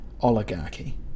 oligarchy